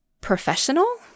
professional